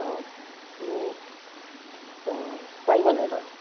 অঁ অঁ পাৰিবনে বাৰু